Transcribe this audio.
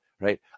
right